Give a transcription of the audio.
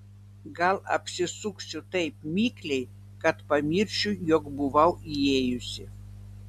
gal apsisuksiu taip mikliai kad pamiršiu jog buvau įėjusi